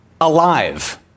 alive